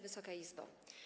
Wysoka Izbo!